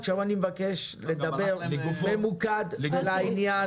עכשיו אני מבקש לדבר ממוקד, לעניין,